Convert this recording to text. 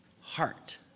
heart